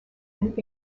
and